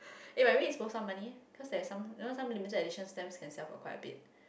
eh but maybe it's worth some money cause there is some you know some limited edition stamps can sell for quite a bit